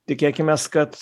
tikėkimės kad